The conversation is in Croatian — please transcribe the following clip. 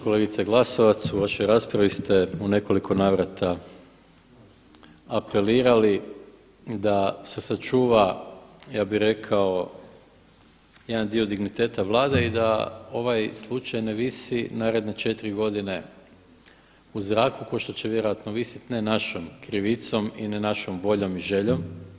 Kolegice Glasovac u vašoj raspravi ste u nekoliko navrata apelirali da se sačuva ja bih rekao jedan dio digniteta Vlade i da ovaj slučaj ne visi naredne 4 godine u zraku kao što će vjerojatno visjeti ne našom krivicom i ne našom voljom i željom.